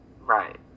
Right